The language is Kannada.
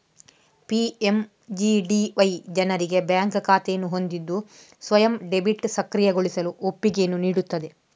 ಪಿ.ಎಮ್.ಜಿ.ಡಿ.ವೈ ಜನರಿಗೆ ಬ್ಯಾಂಕ್ ಖಾತೆಯನ್ನು ಹೊಂದಿದ್ದು ಸ್ವಯಂ ಡೆಬಿಟ್ ಸಕ್ರಿಯಗೊಳಿಸಲು ಒಪ್ಪಿಗೆಯನ್ನು ನೀಡುತ್ತದೆ